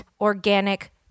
organic